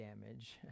damage